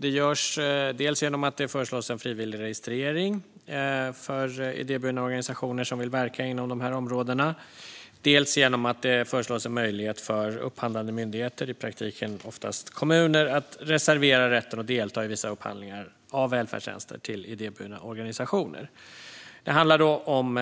Det görs dels genom att det föreslås en frivillig registrering för idéburna organisationer som vill verka inom dessa områden, dels genom att det föreslås en möjlighet för upphandlande myndigheter, i praktiken oftast kommuner, att reservera rätten att delta i vissa upphandlingar av välfärdstjänster till idéburna organisationer. Det handlar om